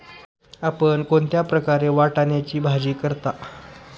आपण कोणत्या प्रकारे वाटाण्याची भाजी करता?